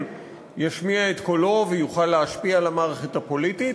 ישמיע את קולו ויוכל להשפיע על המערכת הפוליטית,